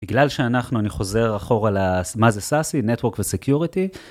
בגלל שאנחנו, אני חוזר אחור על מה זה SASE, Network ו Security.